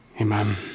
Amen